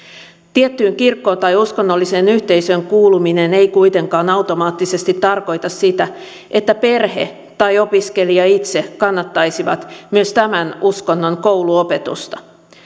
tiettyyn kirkkoon tai uskonnolliseen yhteisöön kuuluminen ei kuitenkaan automaattisesti tarkoita sitä että perhe tai opiskelija itse kannattaisivat myös tämän uskonnon kouluopetusta